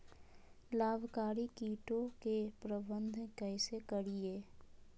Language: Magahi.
लाभकारी कीटों के प्रबंधन कैसे करीये?